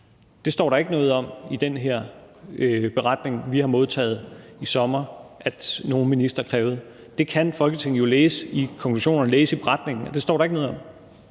Det står der ikke noget om i den her beretning, vi modtog i sommer, at nogen minister krævede. Folketinget kan jo læse i konklusionerne i beretningen, at det står der ikke noget om.